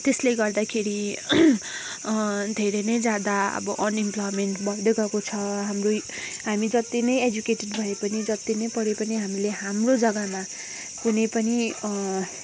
त्यस्ले गर्दाखेरि धेरै नै ज्यादा अब अनइमप्लोइमेन्ट बढ्दै गएको छ हाम्रो यो हामी जति नै एजुकेटेड भए पनि जति नै पढे पनि हामीले हाम्रो जग्गामा कुनै पनि